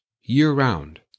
year-round